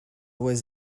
was